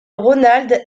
ronald